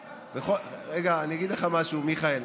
אני אגיד לך משהו, מיכאל,